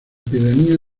pedanía